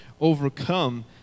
overcome